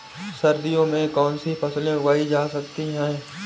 सर्दियों में कौनसी फसलें उगाई जा सकती हैं?